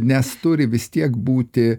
nes turi vis tiek būti